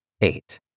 Eight